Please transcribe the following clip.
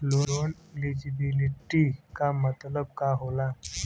Loan eligibility का मतलब का होला?